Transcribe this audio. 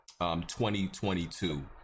2022